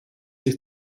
sich